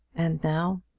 and now.